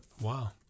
Wow